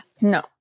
No